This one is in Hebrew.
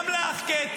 --- גם לך,